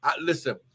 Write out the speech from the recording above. listen